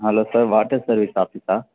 hello sir water service ஆஃபீஸா